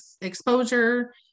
exposure